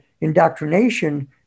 indoctrination